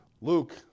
Luke